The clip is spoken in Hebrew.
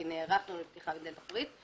כי נערכנו לפתיחת דלת אחורית,